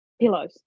pillows